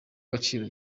agaciro